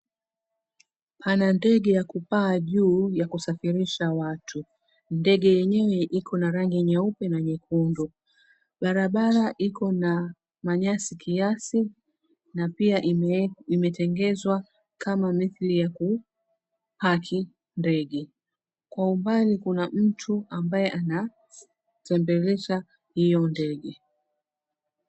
Pana ndege ya kupaa juu ya kusafirisha watu. Ndege yenyewe iko na rangi nyeupe na nyekundu barabara Iko na manyasi kiasi na pia imetengenezwa kama mithili ya kupaki ndege kwa mbali kuna mtu ambaye anatembelesha hiyo ndege.